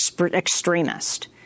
extremist